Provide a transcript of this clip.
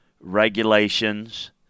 regulations